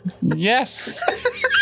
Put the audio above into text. yes